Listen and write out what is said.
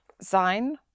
sein